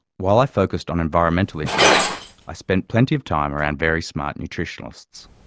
while i focused on environmental issues i spent plenty of time around very smart nutritionists.